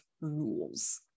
rules